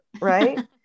right